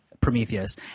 prometheus